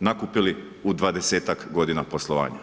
nakupili u dvadesetak godina poslovanja.